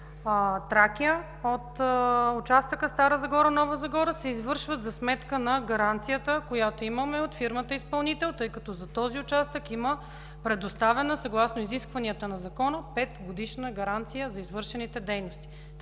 „Тракия”, от участъка Стара Загора – Нова Загора, се извършват за сметка на гаранцията, която имаме от фирмата изпълнител, тъй като за този участък има предоставена съгласно изискванията на закона 5-годишна гаранция за извършените дейности.